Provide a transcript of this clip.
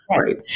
Right